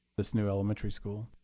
this new elementary school.